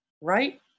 right